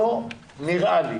לא נראה לי.